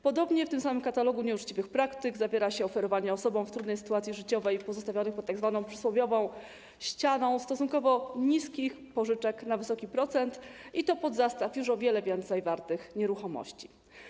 Podobnie w tym samym katalogu nieuczciwych praktyk zawiera się oferowanie osobom w trudnej sytuacji życiowej, postawionych pod tzw. przysłowiową ścianą, stosunkowo niskich pożyczek na wysoki procent, i to pod zastaw już o wiele więcej wartych nieruchomości.